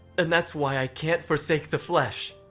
and that's why i can't forsake the flesh.